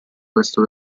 questo